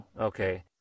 Okay